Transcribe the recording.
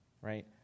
right